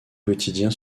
quotidien